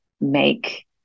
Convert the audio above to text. make